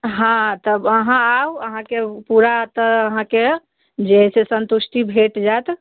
हँ तऽ आहाँ आउ अहाँकेँ पूरा तऽ अहाँकेँ जे अइ से सन्तुष्टि भेट जाएत